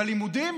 בלימודים?